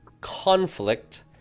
conflict